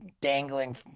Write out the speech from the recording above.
dangling